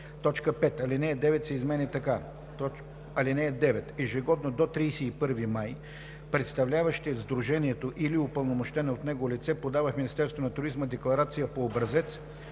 и“. 5. Алинея 9 се изменя така: „(9) Ежегодно до 31 май представляващият сдружението или упълномощено от него лице подава в Министерството на туризма декларация по образец,